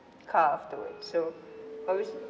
car afterwards so always